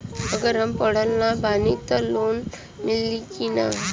अगर हम पढ़ल ना बानी त लोन मिली कि ना?